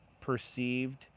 perceived